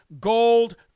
Gold